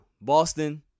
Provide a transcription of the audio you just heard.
Boston